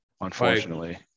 Unfortunately